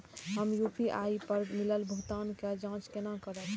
हम यू.पी.आई पर मिलल भुगतान के जाँच केना करब?